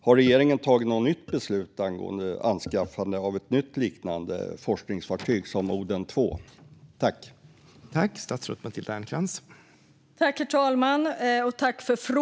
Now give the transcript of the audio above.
Har regeringen tagit något nytt beslut angående anskaffande av ett nytt, liknande forskningsfartyg som ett Oden II?